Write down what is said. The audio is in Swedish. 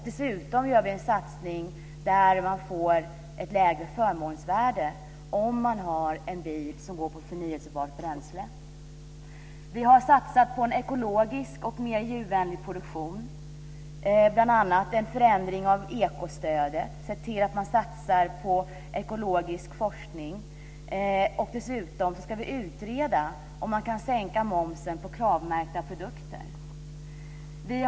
Dessutom införs det ett lägre förmånsvärde om man har en bil som går på förnybart bränsle. Vi har satsat på en ekologisk och mer miljövänlig produktion. Det gäller bl.a. en förändring av ekostödet och en satsning på ekologisk forskning. Dessutom ska det utredas om man kan sänka momsen på Kravmärkta produkter.